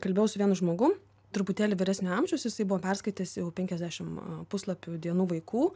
kalbėjau su vienu žmogum truputėlį vyresnio amžiaus jisai buvo perskaitęs jau penkiasdešim puslapių dienų vaikų